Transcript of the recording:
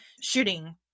shooting